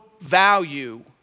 value